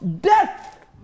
death